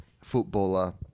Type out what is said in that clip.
footballer